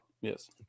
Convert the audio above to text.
Yes